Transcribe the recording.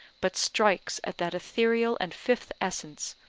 but strikes at that ethereal and fifth essence,